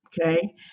Okay